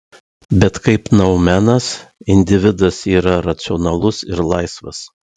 bet kaip noumenas individas yra racionalus ir laisvas